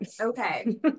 Okay